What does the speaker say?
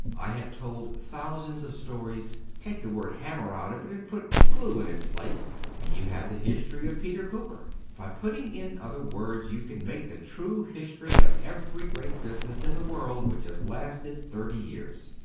i have told thousands of stories. take the word hammer out of it, and put glue in its place, and you have the history of peter cooper. by putting in other words, you can make the true history of every great business in the world which has lasted thirty years.